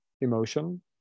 emotion